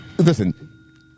Listen